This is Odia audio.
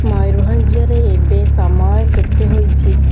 ମୟୂରଭଞ୍ଜରେ ଏବେ ସମୟ କେତେ ହେଇଛି